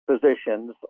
positions